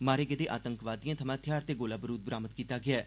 मारे गेदे आतंकवादिएं थमां थेहार ते गोला बारूद बरामद कीता गेआ ऐ